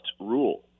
rule